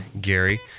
Gary